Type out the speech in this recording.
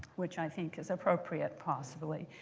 which i think is appropriate possibly.